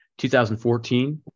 2014